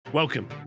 Welcome